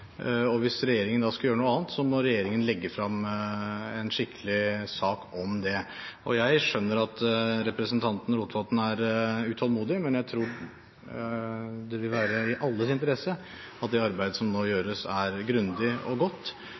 og hvis regjeringen da skulle gjøre noe annet, må regjeringen legge frem en skikkelig sak om det. Jeg skjønner at representanten Rotevatn er utålmodig, men jeg tror det vil være i alles interesse at det arbeidet som nå gjøres, er grundig og godt.